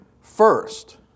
first